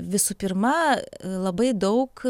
visų pirma labai daug